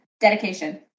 Dedication